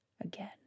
again